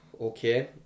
Okay